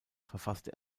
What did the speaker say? verfasste